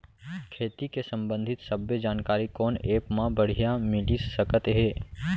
खेती के संबंधित सब्बे जानकारी कोन एप मा बढ़िया मिलिस सकत हे?